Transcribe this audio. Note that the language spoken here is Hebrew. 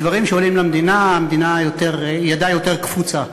בדברים שעולים למדינה, המדינה ידה יותר קפוצה.